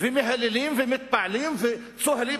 ומהללים ומתפעלים וצוהלים.